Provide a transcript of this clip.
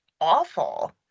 awful